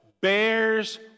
Bears